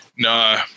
No